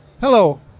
Hello